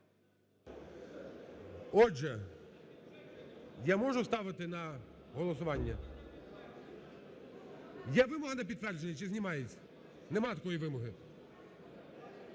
Отже, я можу ставити на голосування? Є вимога на підтвердження чи знімається? Немає такої вимоги.